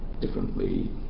differently